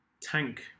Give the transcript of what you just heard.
tank